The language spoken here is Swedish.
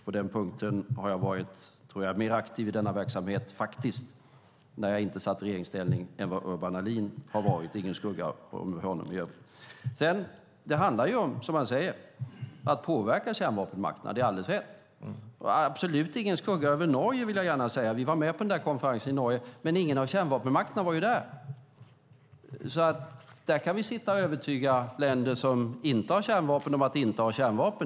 På den punkten har jag varit, tror jag, mer aktiv i denna verksamhet när jag inte satt i regeringsställning än vad Urban Ahlin har varit - ingen skugga över honom i övrigt. Det handlar, som han säger, om att påverka kärnvapenmakterna - det är alldeles rätt. Och absolut ingen skugga ska falla över Norge, vill jag gärna säga. Vi var med på konferensen i Norge, men ingen av kärnvapenmakterna var ju där. Där kan vi sitta och övertyga länder som inte har kärnvapen om att inte ha kärnvapen.